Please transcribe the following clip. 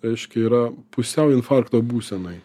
reiškia yra pusiau infarkto būsenoj